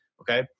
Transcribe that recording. Okay